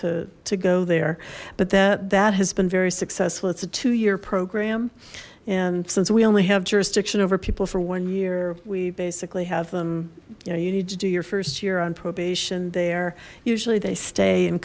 to to go there but that that has been very successful it's a two year program and since we only have juris people for one year we basically have them you know you need to do your first year on probation they are usually they stay